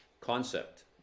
concept